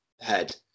head